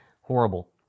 horrible